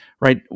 right